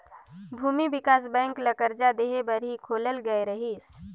भूमि बिकास बेंक ल करजा देहे बर ही खोलल गये रहीस